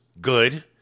good